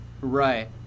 Right